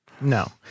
no